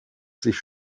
sich